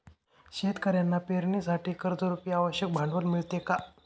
शेतकऱ्यांना पेरणीसाठी कर्जरुपी आवश्यक भांडवल मिळते का?